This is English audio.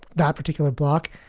that particular block,